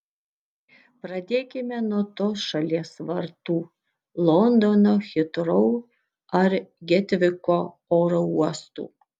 pradėkime nuo tos šalies vartų londono hitrou ar getviko oro uostų